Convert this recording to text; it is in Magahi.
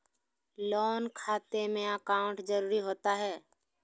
लोन खाते में अकाउंट जरूरी होता है?